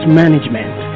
management